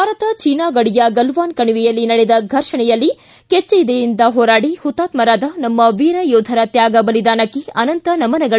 Bharat China ಗಡಿಯ ಗಲ್ವಾನ್ ಕಣಿವೆಯಲ್ಲಿ ನಡೆದ ಫರ್ಷಣೆಯಲ್ಲಿ ಕೆಚ್ಚಿದೆಯಿಂದ ಹೋರಾಡಿ ಹುತಾತ್ಮರಾದ ನಮ್ಮ ವೀರ ಯೋಧರ ತ್ಯಾಗ ಬಲಿದಾನಕ್ಕೆ ಅನಂತ ನಮನಗಳು